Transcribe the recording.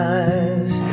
eyes